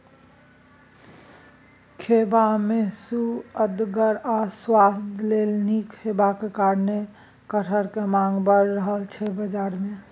खेबा मे सुअदगर आ स्वास्थ्य लेल नीक हेबाक कारणेँ कटहरक माँग बड़ रहय छै बजार मे